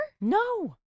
No